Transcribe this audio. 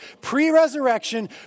pre-resurrection